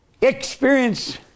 Experience